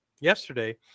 Yesterday